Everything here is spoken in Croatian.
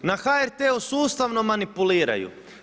Na HRT-u sustavno manipuliraju.